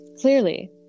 clearly